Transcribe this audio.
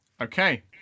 Okay